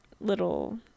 little